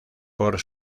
por